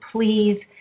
please